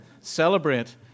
celebrate